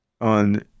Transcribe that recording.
on